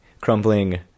crumbling